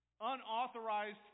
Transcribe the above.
Unauthorized